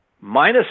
Minus